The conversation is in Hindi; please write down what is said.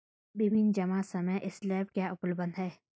विभिन्न जमा समय स्लैब क्या उपलब्ध हैं?